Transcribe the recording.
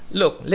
look